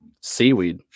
seaweed